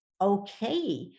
okay